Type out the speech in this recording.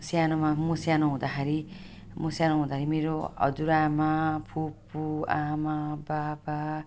सानोमा म सानो हुँदाखेरि म सानो हुँदा मेरो हजुरआमा फुपू आमा पापा